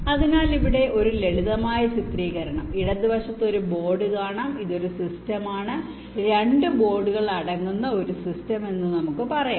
അതിനാൽ ഇവിടെ ഒരു ലളിതമായ ചിത്രീകരണം ഇടതുവശത്ത് ഒരു ബോർഡ് കാണാം ഇത് ഒരു സിസ്റ്റമാണ് 2 ബോർഡുകൾ അടങ്ങുന്ന സിസ്റ്റം എന്ന് നമുക്ക് പറയാം